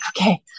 okay